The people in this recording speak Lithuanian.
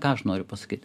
ką aš noriu pasakyt